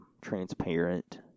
transparent